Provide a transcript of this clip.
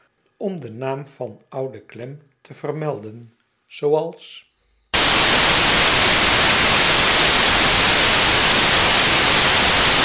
om den naam van oude clem tevermelden zooals